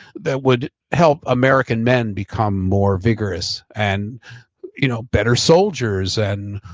that would help american men become more vigorous and you know better soldiers and